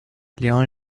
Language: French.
léon